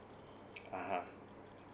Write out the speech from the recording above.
(uh huh)